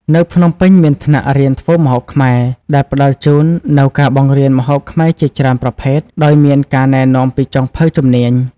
នៅភ្នំពេញមានថ្នាក់រៀនធ្វើម្ហូបខ្មែរ ដែលផ្តល់ជូននូវការបង្រៀនម្ហូបខ្មែរជាច្រើនប្រភេទ ដោយមានការណែនាំពីចុងភៅជំនាញៗ។